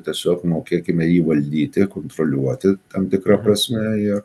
tiesiog mokėkime jį valdyti kontroliuoti tam tikra prasme ir